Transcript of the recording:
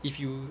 if you